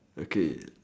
okay